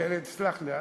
באמת, תסלח לי,